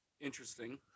Interesting